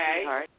Okay